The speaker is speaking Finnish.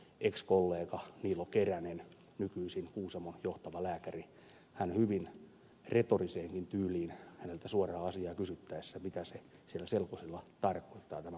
ex kollega niilo keränen nykyisin kuusamon johtava lääkäri hyvin retoriseenkin tyyliin suoraan asiaa kysyttäessä kertoi mitä se siellä selkosilla tarkoittaa tämä palvelusetelin käyttö